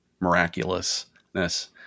miraculousness